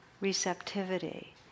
receptivity